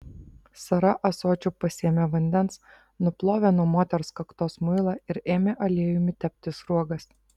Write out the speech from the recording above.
sara ąsočiu pasėmė vandens nuplovė nuo moters kaktos muilą ir ėmė aliejumi tepti sruogas